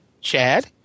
Chad